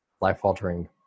life-altering